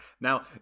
now